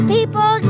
People